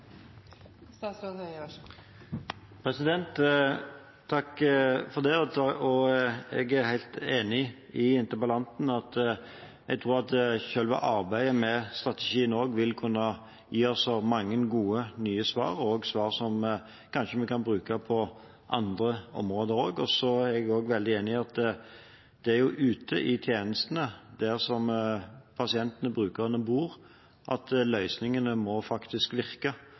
Jeg er helt enig med interpellanten i at selve arbeidet med strategien vil kunne gi oss mange nye og gode svar, svar som vi kanskje kan bruke også på andre områder. Så er jeg veldig enig i at det er ute i tjenestene, der pasientene og brukerne bor, at løsningene må virke.